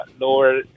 lower